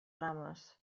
rames